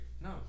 No